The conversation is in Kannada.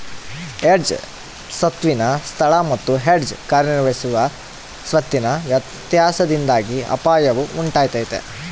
ಹೆಡ್ಜ್ ಸ್ವತ್ತಿನ ಸ್ಥಳ ಮತ್ತು ಹೆಡ್ಜ್ ಕಾರ್ಯನಿರ್ವಹಿಸುವ ಸ್ವತ್ತಿನ ವ್ಯತ್ಯಾಸದಿಂದಾಗಿ ಅಪಾಯವು ಉಂಟಾತೈತ